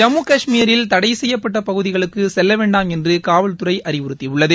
ஜம்மு கஷ்மீரில் தடை செய்யப்பட்ட பகுதிகளக்கு செல்ல வேண்டாம் என்று காவல்துறை அறிவுறுத்தியுள்ளது